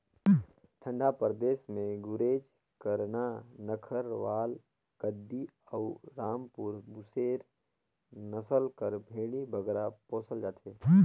ठंडा परदेस में गुरेज, करना, नक्खरवाल, गद्दी अउ रामपुर बुसेर नसल कर भेंड़ी बगरा पोसल जाथे